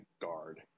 guard